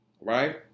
Right